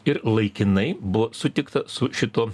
ir laikinai buvo sutikta su šituo